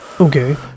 Okay